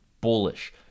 bullish